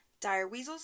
direweasels